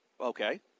Okay